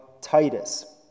Titus